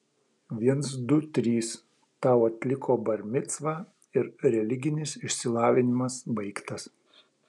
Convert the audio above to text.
viens du trys tau atliko bar micvą ir religinis išsilavinimas baigtas